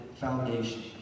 foundation